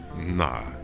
Nah